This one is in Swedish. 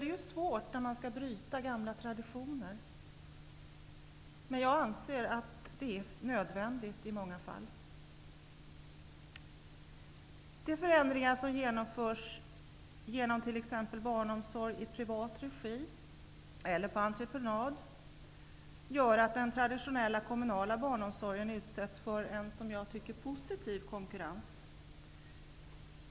Det är alltid svårt att bryta gamla traditioner, men i många fall är det nödvändigt. De förändringar som genomförs, genom att man t.ex. har barnomsorg i privat regi eller på entreprenad, gör att den traditionella kommunala barnomsorgen utsätts för en positiv konkurrens.